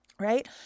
right